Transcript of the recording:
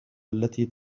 التي